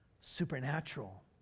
Supernatural